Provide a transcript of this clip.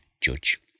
judge